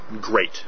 great